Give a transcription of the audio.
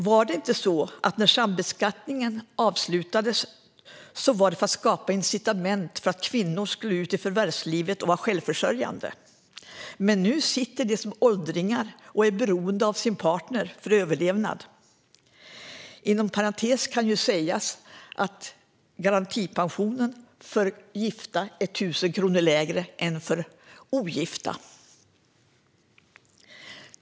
Var det inte så att när sambeskattningen avskaffades var det för att skapa incitament för kvinnor att gå ut i förvärvslivet och vara självförsörjande? Nu sitter de som åldringar och är beroende av sin partner för sin överlevnad. Inom parentes kan också sägas att garantipensionen för gifta är 1 000 kronor lägre än för ogifta.